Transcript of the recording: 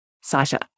Sasha